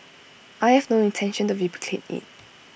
I have no intention to replicate IT